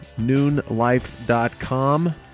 NoonLife.com